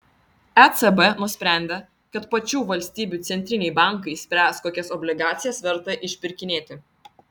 ecb nusprendė kad pačių valstybių centriniai bankai spręs kokias obligacijas verta išpirkinėti